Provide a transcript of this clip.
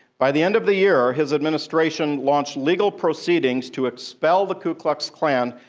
by the end of the year, his administration launched legal proceedings to expel the ku klux klan,